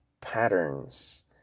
patterns